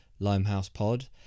LimehousePod